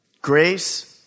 grace